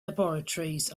laboratories